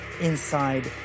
inside